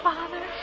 Father